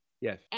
yes